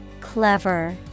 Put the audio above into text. Clever